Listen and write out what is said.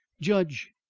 judge,